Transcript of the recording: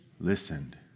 Listened